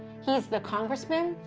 he's the congressman,